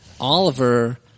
Oliver